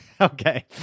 okay